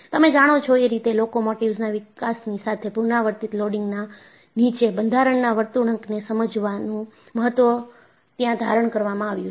તમે જાણો છો એ રીતે લોકોમોટિવ્સ ના વિકાસની સાથે પુનરાવર્તિત લોડિંગના નીચે બંધારણના વર્તણૂકને સમજવાનું મહત્વ ત્યાં ધારણ કરવામાં આવ્યું છે